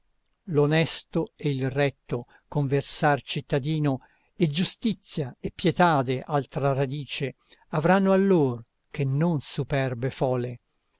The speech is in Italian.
l'onesto e il retto conversar cittadino e giustizia e pietade altra radice avranno allor che non superbe fole